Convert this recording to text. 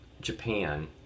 Japan